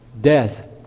death